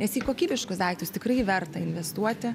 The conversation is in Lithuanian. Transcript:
nes į kokybiškus daiktus tikrai verta investuoti